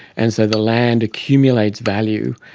and so the land accumulates value,